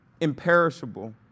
imperishable